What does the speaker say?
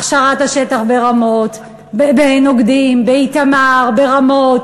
הכשרת השטח בנוקדים, באיתמר, ברמות.